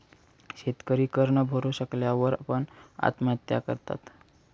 शेतकरी कर न भरू शकल्या वर पण, आत्महत्या करतात